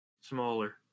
Smaller